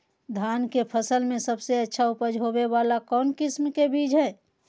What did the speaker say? धान के फसल में सबसे अच्छा उपज होबे वाला कौन किस्म के बीज हय?